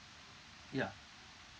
yeah